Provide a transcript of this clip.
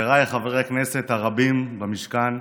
חבריי חברי הכנסת הרבים במשכן,